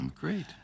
great